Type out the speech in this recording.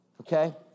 okay